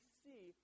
see